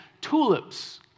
tulips